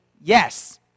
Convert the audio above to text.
yes